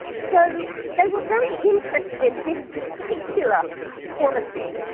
so they were very interested in this particular quality,